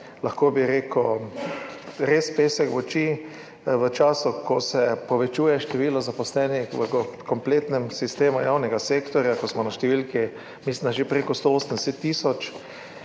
lahko bi rekel, res pesek v oči. V času, ko se povečuje število zaposlenih v kompletnem sistemu javnega sektorja, ko smo na številki, mislim, da že prek 180 tisoč,